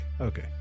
okay